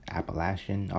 Appalachian